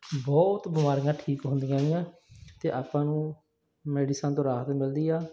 ਬਹੁਤ ਬਿਮਾਰੀਆਂ ਠੀਕ ਹੁੰਦੀਆਂ ਹੈਗੀਆਂ ਅਤੇ ਆਪਾਂ ਨੂੰ ਮੈਡੀਸਨ ਤੋਂ ਰਾਹਤ ਮਿਲਦੀ ਆ